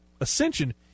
ascension